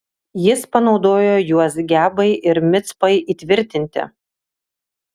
jis panaudojo juos gebai ir micpai įtvirtinti